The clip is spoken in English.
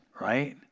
right